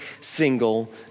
single